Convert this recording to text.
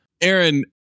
Aaron